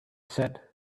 said